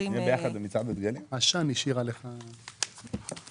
המדווחים לצורך מע"מ.